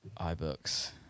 iBooks